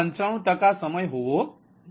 95 ટકા સમય હોવો જોઈએ